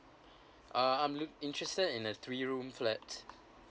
uh I'm loo~ interested in a three room flat